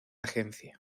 agencia